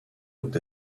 looked